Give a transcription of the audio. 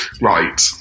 Right